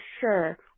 sure